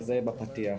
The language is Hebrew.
זה בפתיח.